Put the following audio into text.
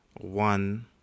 one